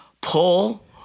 pull